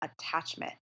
attachment